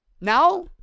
Now